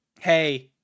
Hey